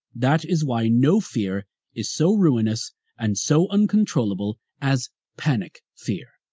that is why no fear is so ruinous and so uncontrollable as panic fear.